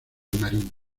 marino